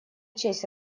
честь